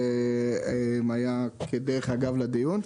זה היה כדרך אגב לדיון.